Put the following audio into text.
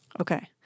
Okay